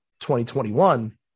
2021